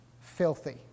filthy